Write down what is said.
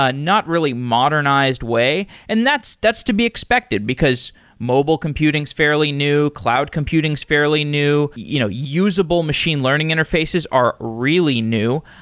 ah not really modernized way, and that's that's to be expected, because mobile computing is fairly new. cloud computing is fairly new. you know usable machine learning interfaces are really new.